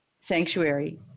Sanctuary